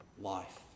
life